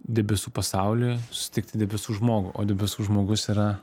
debesų pasaulį sutikti debesų žmogų o debesų žmogus yra